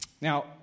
now